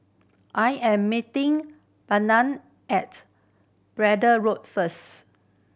I am meeting at Braddell Road first